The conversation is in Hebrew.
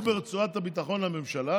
הוא ברצועת הביטחון לממשלה.